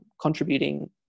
contributing